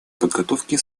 подготовке